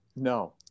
no